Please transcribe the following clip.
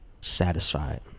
satisfied